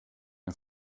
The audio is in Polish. nie